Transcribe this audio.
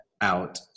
out